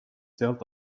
sealt